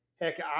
heck